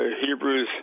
Hebrews